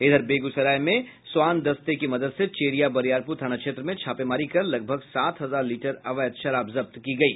इधर बेगूसराय में स्वान दस्ते की मदद से चेरिया बरियारपुर थाना क्षेत्र में छापेमारी कर लगभग सात हजार लीटर अवैध शराब जब्त की गयी